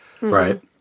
Right